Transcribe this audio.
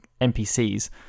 NPCs